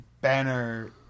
Banner